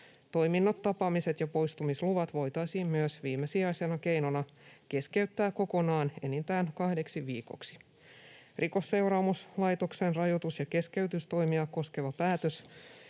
Toiminnot, tapaamiset ja poistumisluvat voitaisiin viimesijaisena keinona myös keskeyttää kokonaan enintään kahdeksi viikoksi. Rikosseuraamuslaitoksen rajoitus- ja keskeytystoimia koskeva päätös